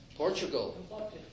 Portugal